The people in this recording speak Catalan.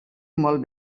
molt